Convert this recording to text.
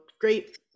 great